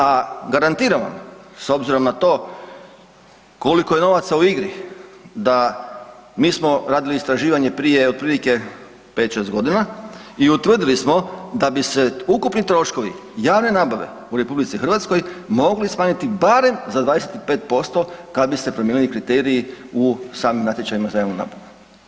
A garantiram vam s obzirom na to koliko je novaca u igri da mi radili istraživanje prije otprilike 5-6 godina i utvrdili smo da bi se ukupni troškovi javne nabave u RH mogli smanjiti barem za 25% kad bi se promijenili kriteriji u samim natječajima za javnu nabavu.